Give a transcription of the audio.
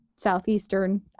southeastern